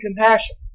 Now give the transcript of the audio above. compassion